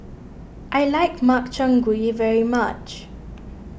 I like Makchang Gui very much